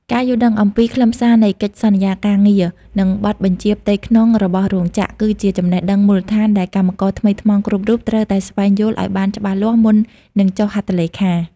ការយល់ដឹងអំពីខ្លឹមសារនៃកិច្ចសន្យាការងារ និងបទបញ្ជាផ្ទៃក្នុងរបស់រោងចក្រ គឺជាចំណេះដឹងមូលដ្ឋានដែលកម្មករថ្មីថ្មោងគ្រប់រូបត្រូវតែស្វែងយល់ឱ្យបានច្បាស់លាស់មុននឹងចុះហត្ថលេខា។